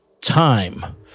time